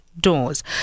doors